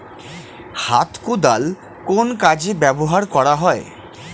হাত কোদাল কোন কাজে ব্যবহার করা হয়?